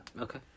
Okay